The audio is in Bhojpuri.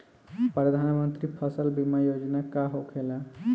प्रधानमंत्री फसल बीमा योजना का होखेला?